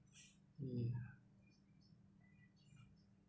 ya